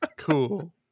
Cool